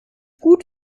gut